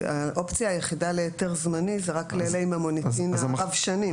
האופציה היחידה להיתר זמני הוא רק על סמך מוניטין רב שנים.